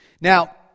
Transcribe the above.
Now